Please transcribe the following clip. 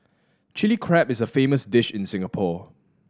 Chilli Crab is a famous dish in Singapore